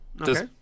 Okay